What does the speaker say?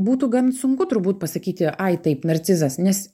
būtų gan sunku turbūt pasakyti ai taip narcizas nes